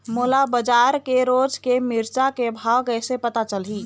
मोला बजार के रोज के मिरचा के भाव कइसे पता चलही?